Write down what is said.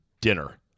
dinner